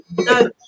no